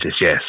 yes